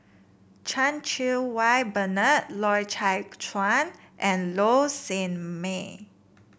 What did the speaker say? Chan Cheng Wah Bernard Loy Chye Chuan and Low Sanmay